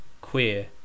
Queer